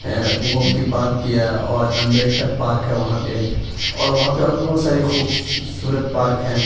Gomti park گیا اور Ambedkar park ہے وہاں پہ اور وہاں بھی بہت ساری خوبصورت پارک ہیں